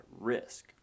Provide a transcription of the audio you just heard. risk